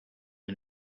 and